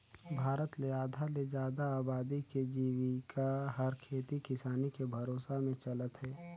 भारत ले आधा ले जादा अबादी के जिविका हर खेती किसानी के भरोसा में चलत हे